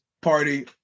party